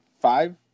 Five